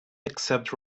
except